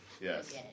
Yes